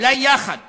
אולי יחד